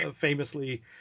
famously